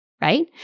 right